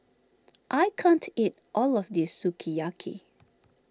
I can't eat all of this Sukiyaki